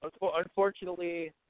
Unfortunately